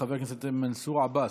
חבר הכנסת מנסור עבאס,